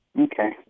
Okay